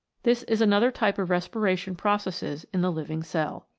this is another type of respiration pro cesses in the living cell.